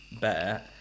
better